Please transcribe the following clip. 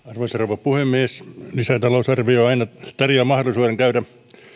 arvoisa rouva puhemies lisätalousarvio aina tarjoaa mahdollisuuden käydä